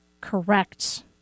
correct